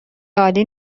عالی